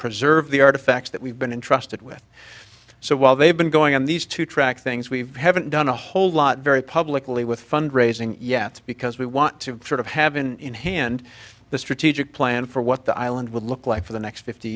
preserve the artifacts that we've been entrusted with so while they've been going on these two track things we haven't done a whole lot very publicly with fund raising yet because we want to sort of have in hand the strategic plan for what the island would look like for the next fifty